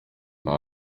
nta